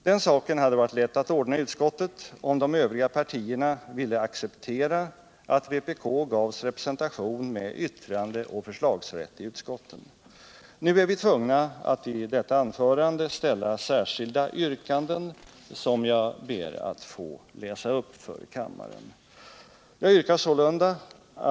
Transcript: Den saken hade varit lätt att ordna i utskottet om de övriga partierna ville acceptera att vpk gavs representation med yttrandeoch förslagsrätt i utskotten. Nu är jag tvungen att i detta anförande ställa särskilda yrkanden som jag ber att få läsa upp för kammaren.